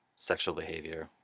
sexual behaviour,